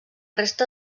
resta